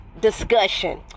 discussion